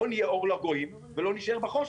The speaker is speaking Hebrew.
בואו נהיה אור לגויים ולא נשאר בחושך.